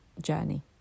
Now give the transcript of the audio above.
journey